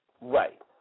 Right